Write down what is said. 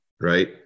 Right